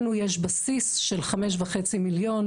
לנו יש בסיס של חמש וחצי מיליון,